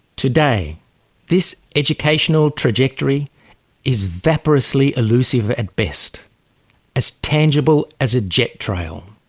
today this educational trajectory is vaporously elusive at best as tangible as a jet trail.